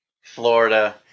Florida